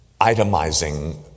itemizing